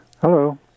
Hello